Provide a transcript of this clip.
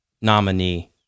nominee